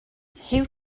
huw